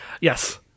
Yes